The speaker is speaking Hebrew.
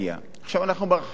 עכשיו אנחנו מרחיבים את זה,